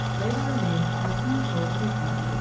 lay the remains of a huge old tree-trunk,